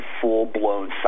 full-blown